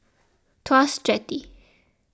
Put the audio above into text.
Tuas Jetty